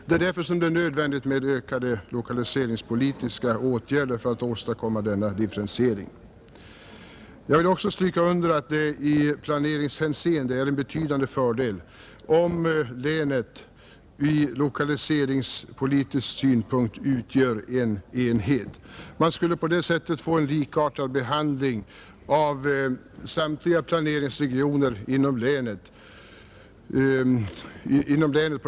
Det är därför nödvändigt med ökade lokaliseringspolitiska åtgärder för att åstadkomma denna differentiering, Jag vill också framhålla att det i planeringshänseende är en betydande fördel om länet i lokaliseringspolitiskt avseende utgör en enhet. Därigenom skulle man få en likartad behandling av samtliga planeringsregioner inom länet.